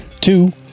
Two